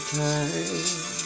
time